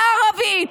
בערבית,